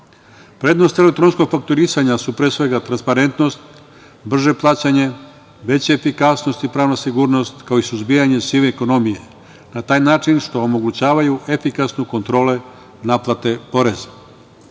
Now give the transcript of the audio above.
organe. Prednosti elektronskog fakturisanja su, pre svega, transparentnost, brže plaćanje, veća efikasnost i pravna sigurnost, kao i suzbijanje sive ekonomije. Na taj način omogućavaju efikasnu kontrolu naplate poreza. Obaveza